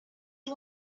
you